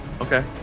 okay